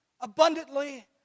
abundantly